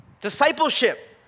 Discipleship